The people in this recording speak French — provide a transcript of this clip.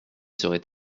serait